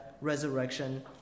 resurrection